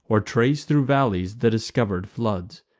or trace thro' valleys the discover'd floods.